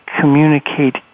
communicate